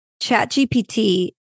ChatGPT